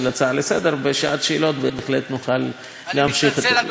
ובשעת שאלות בהחלט נוכל להמשיך את הדיאלוג.